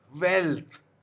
wealth